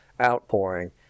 outpouring